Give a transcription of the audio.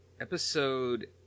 episode